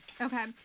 Okay